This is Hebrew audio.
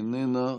איננה.